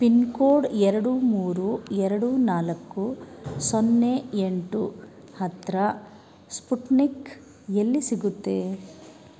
pin code ಎರಡು ಮೂರು ಎರಡು ನಾಲ್ಕು ಸೊನ್ನೆ ಎಂಟು ಹತ್ತಿರ ಸ್ಪುಟ್ನಿಕ್ ಎಲ್ಲಿ ಸಿಗುತ್ತೆ